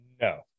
No